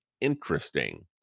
interesting